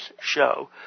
show